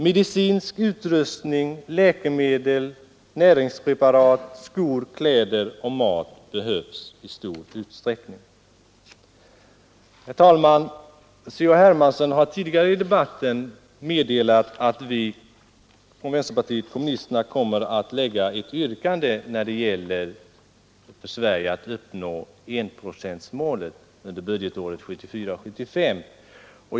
Medicinsk utrustning, läkemedel, näringspreparat, skor, kläder och mat behövs i stor utsträckning. Herr talman! C.-H. Hermansson har tidigare i debatten meddelat att vi från vänsterpartiet kommunisterna kommer att framställa ett yrkande när det gäller för Sverige att uppnå enprocentsmålet under budgetåret 1974/75.